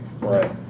right